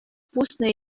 пуснӑ